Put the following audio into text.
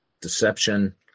deception